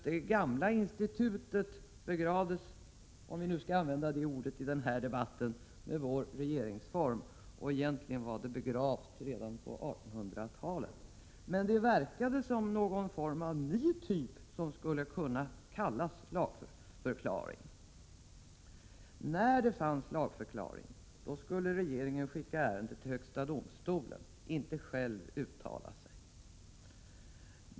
Det gamla institutet begravdes — om vi skall använda det ordet i denna debatt — med vår gamla regeringsform. Egentligen var det begravt redan på 1800-talet. Men det verkade i det aktuella fallet som om det var fråga om något nytt, som skulle kunna kallas lagförklaring. På den tid då institutet lagförklaring fanns, skulle regeringen skicka ärendet till högsta domstolen — inte själv uttala sig.